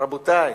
רבותי,